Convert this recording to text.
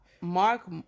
Mark